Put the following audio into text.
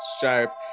sharp